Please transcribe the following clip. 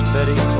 Betty